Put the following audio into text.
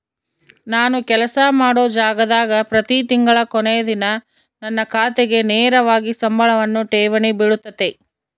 ನಾನು ಕೆಲಸ ಮಾಡೊ ಜಾಗದಾಗ ಪ್ರತಿ ತಿಂಗಳ ಕೊನೆ ದಿನ ನನ್ನ ಖಾತೆಗೆ ನೇರವಾಗಿ ಸಂಬಳವನ್ನು ಠೇವಣಿ ಬಿಳುತತೆ